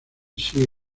sigue